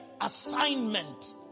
assignment